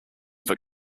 that